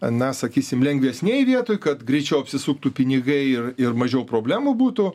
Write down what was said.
na sakysim lengvesnėj vietoj kad greičiau apsisuktų pinigai ir ir mažiau problemų būtų